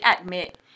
admit